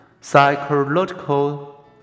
psychological